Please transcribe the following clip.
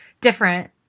different